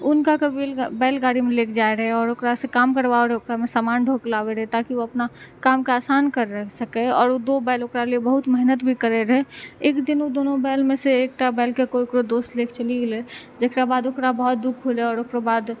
उनकाके बैलगाड़ीमे लेके जाइ रहै आओर ओकरासँ काम करबाबै रहै ओकरामे सामान ढ़ो कऽ लाबै रहै ताकि ओ अपना कामके आसान करि सकै आओर उ दो बैल ओकरा लिए बहुत मेहनत भी करै रहै एकदिन ओ दुनू बैलमे सँ एकटा बैलके कोइ ओकर दोस्त लैके चली गेलै जकराबाद ओकरा बहुत दुःख होलै आओर ओकरबाद